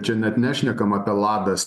čia net nešnekam apie ladas